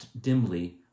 dimly